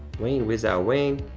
wayne wizao wang,